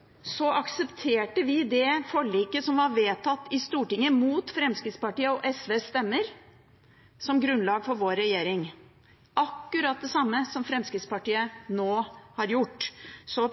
Så til Wiborg: Pensjonsforliket stemte SV, som Fremskrittspartiet, mot. Jo, det gjorde vi, og vi hadde et eget opplegg, og det kan vi dokumentere. Da vi inngikk regjeringserklæring i regjering, aksepterte vi det forliket som var vedtatt i Stortinget mot Fremskrittspartiets og SVs stemmer, som grunnlag for vår regjering, akkurat det samme som Fremskrittspartiet nå har gjort. Så